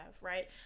right